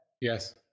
Yes